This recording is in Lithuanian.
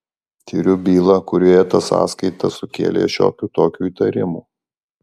tiriu bylą kurioje ta sąskaita sukėlė šiokių tokių įtarimų